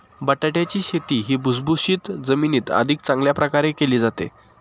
बटाट्याची शेती ही भुसभुशीत जमिनीत अधिक चांगल्या प्रकारे केली जाते